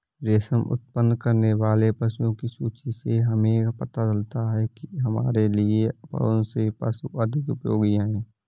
रेशम उत्पन्न करने वाले पशुओं की सूची से हमें पता चलता है कि हमारे लिए कौन से पशु अधिक उपयोगी हैं